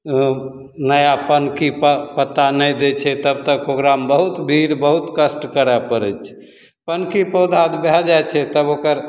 नया पनकी पऽ पत्ता नहि दै छै तब तक ओकरामे बहुत भीड़ बहुत कष्ट करै पड़ै छै पनकी पौधा भऽ जाइ छै तब ओकर